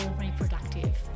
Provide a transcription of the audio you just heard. reproductive